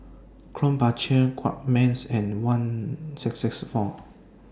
Krombacher Guardsman and one six six four